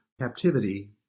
captivity